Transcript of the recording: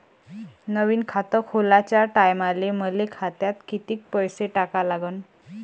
नवीन खात खोलाच्या टायमाले मले खात्यात कितीक पैसे टाका लागन?